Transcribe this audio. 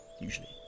Usually